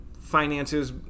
Finances